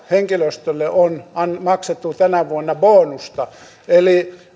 henkilöstölle on on jopa maksettu tänä vuonna bonusta eli